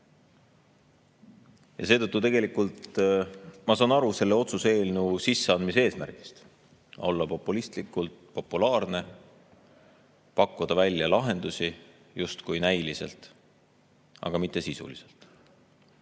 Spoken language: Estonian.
Ja seetõttu tegelikult ma saan aru selle otsuse eelnõu sisseandmise eesmärgist: olla populistlikult populaarne, pakkuda välja lahendusi, justkui näiliselt, aga mitte